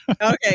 Okay